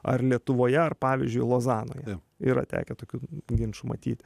ar lietuvoje ar pavyzdžiui lozanoje yra tekę tokių ginčų matyt